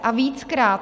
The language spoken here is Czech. A víckrát.